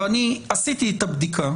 ואני עשיתי את הבדיקה